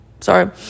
sorry